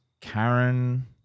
Karen